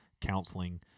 counseling